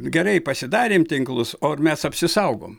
gerai pasidarėm tinklus o ar mes apsisaugom